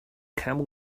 camel